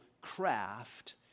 craft